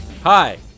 Hi